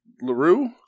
LaRue